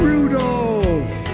Rudolph